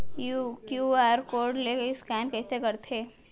QR code ले scan कइसे करथे?